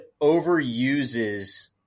overuses